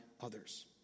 others